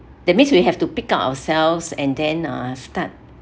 that means we have to pick up ourselves and then uh start